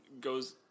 goes